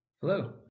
Hello